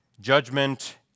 Judgment